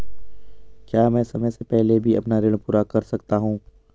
क्या मैं समय से पहले भी अपना ऋण पूरा कर सकता हूँ?